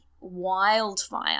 wildfire